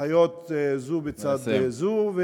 החיות זו בצד זו, נא לסיים.